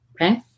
okay